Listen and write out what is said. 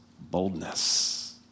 boldness